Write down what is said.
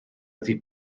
wedi